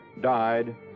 died